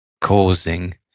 causing